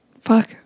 Fuck